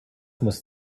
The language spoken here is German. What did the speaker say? muss